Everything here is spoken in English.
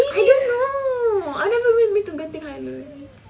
I didn't know I never been to genting highlands